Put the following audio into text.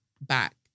back